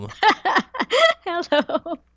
Hello